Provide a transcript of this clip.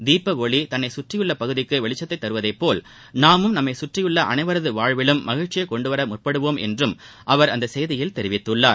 தீப ஒளி தன்னைச் கற்றியுள்ள பகுதிக்கு வெளிச்சத்தை தருவதுபோல் நாமும் நம்மைச் சுற்றியுள்ள அனைவரது வாழ்விலும் மகிழ்ச்சியை கொண்டுவர முற்படுவோம் என்றும் அவர் அந்த செய்தியில் தெரிவித்துள்ளார்